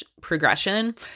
progression